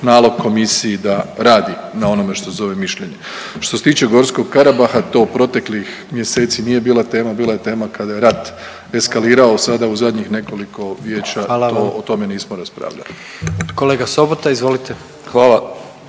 nalog Komisiji da radi na onome što se zove mišljenje. Što se tiče gorskog Karabaha to u proteklih mjeseci nije bila tema, bila je tema kada je rat eskalirao sada u zadnjih nekoliko vijeća o tome nismo raspravljali. **Jandroković, Gordan